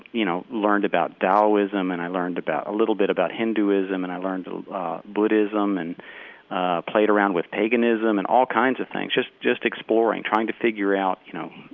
you know, learned about taoism and i learned about a little bit about hinduism and i learned buddhism and played around with paganism and all kinds of things just just exploring, trying to figure out, you know,